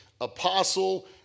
apostle